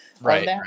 Right